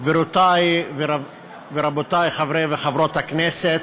גבירותי ורבותי חברי וחברות הכנסת,